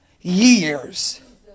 years